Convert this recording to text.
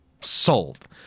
Sold